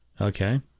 okay